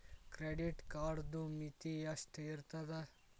Credit ಕಾರ್ಡದು ಮಿತಿ ಎಷ್ಟ ಇರ್ತದ?